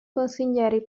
consiglieri